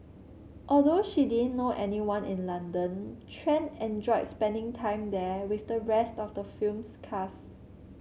although she didn't know anyone in London Tran enjoyed spending time there with the rest of the film's cast